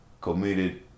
committed